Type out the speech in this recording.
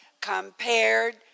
compared